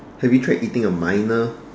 have you tried eating a minor